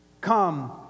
Come